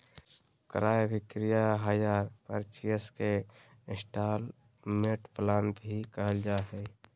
क्रय अभिक्रय या हायर परचेज के इन्स्टालमेन्ट प्लान भी कहल जा हय